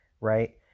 Right